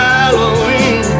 Halloween